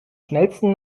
schnellsten